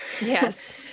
Yes